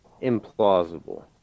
implausible